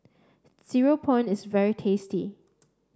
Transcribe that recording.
Cereal Prawn is very tasty